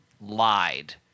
lied